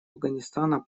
афганистана